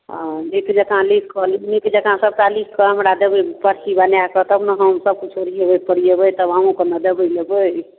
हँ नीक जँका लिख कऽ नीक जँका सभटा लिख कऽ हमरा देबै पर्ची बनाए कऽ तब ने हम सभकिछु ओरियेबै पोरियेबै तब अहूँकेँ ने लेबै देबै